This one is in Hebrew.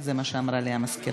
זה מה שאמרה לי המזכירה.